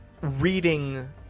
reading